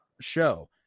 show